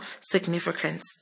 significance